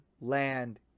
land